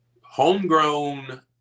homegrown